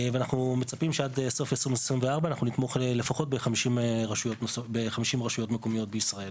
אנחנו מצפים שעד סוף 2024 נתמוך לפחות ב-50 רשויות מקומיות בישראל.